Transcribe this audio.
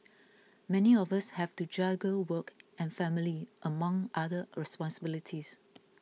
many of us have to juggle work and family among other responsibilities